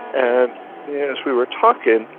and yeah as we were talking,